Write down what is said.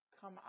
come